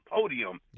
podium